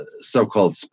so-called